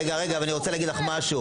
רגע אבל אני רוצה לומר לך משהו,